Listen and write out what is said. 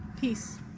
Peace